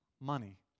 money